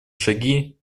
шаги